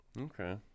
okay